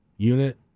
unit